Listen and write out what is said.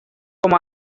com